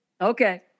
Okay